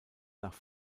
nach